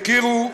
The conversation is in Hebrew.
הכירו,